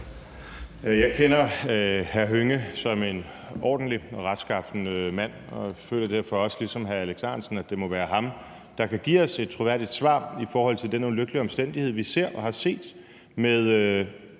Jeg kender hr. Karsten Hønge som en ordentlig og retskaffen mand, og jeg føler derfor også ligesom hr. Alex Ahrendtsen, at det må være ham, der kan give os et troværdigt svar i forhold til den ulykkelige omstændighed, vi ser og har set, med,